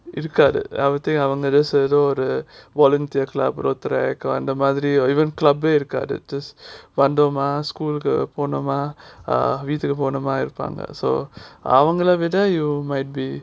இருக்காது:irukaathu the volunteer club or track அந்த மாதிரி:antha maathiri or even clubbing uh just வந்தோமா:vanthomaa school போனோமா வீட்டுக்கு போனோமா இருப்பாங்க:ponomaa veettukku ponomaa iruppaanga so அவங்களவிட:avangalavida whether you might be